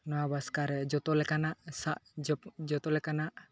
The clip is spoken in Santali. ᱱᱚᱣᱟ ᱵᱟᱥᱠᱟᱨᱮ ᱡᱚᱛᱚᱞᱮᱠᱟᱱᱟᱜ ᱥᱟ ᱡᱚᱜ ᱡᱚᱛᱚ ᱞᱮᱠᱟᱱᱟᱜ